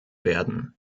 werden